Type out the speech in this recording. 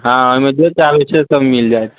हँ ओहिमे जे चाहबै से सभ मिल जाएत